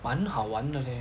满好玩的 leh